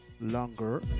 longer